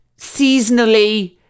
seasonally